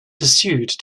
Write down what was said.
pursued